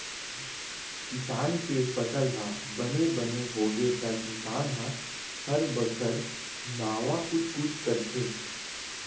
किसान के फसल ह बने बने होगे त किसान ह हर बछर नावा कुछ कुछ करथे